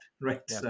right